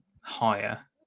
higher